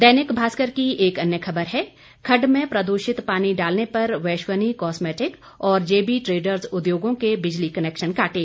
दैनिक भास्कर की एक अन्य खबर है खड्ड में प्रदूषित पानी डालने पर वैश्वनी कॉस्मेटिक और जेबी ट्रेडर्ज उद्योगों के बिजली कनेक्शन काटे